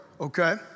okay